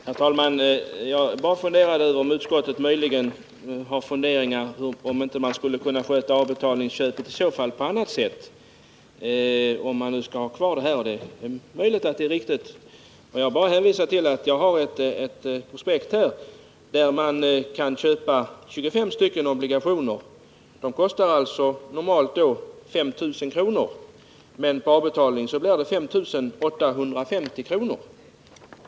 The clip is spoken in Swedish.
Herr talman! Jag bara undrade om utskottet möjligen funderat på om avbetalningsköpen skulle kunna skötas på annat sätt, om man nu vill ha kvar dem -— det är möjligt att det är riktigt. Jag bara hänvisar till att jag har ett prospekt här enligt vilket man kan köpa 25 obligationer. De kostar normalt 5000 kr., men på avbetalning blir det 5 850 kr.